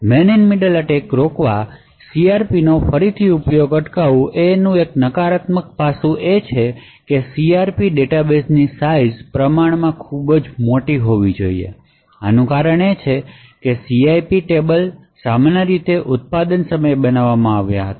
main in middle રોકવા CRPનો ફરીથી ઉપયોગ અટકાવવાનું એક નકારાત્મક પાસું એ છે કે CRP ડેટાબેઝ ની સાઇઝ મોટા પ્રમાણમાં હોવી જોઈએ આનું કારણ એ છે કે CRP કોષ્ટકો સામાન્ય રીતે ઉત્પાદિત સમયે બનાવવામાં આવ્યા હતા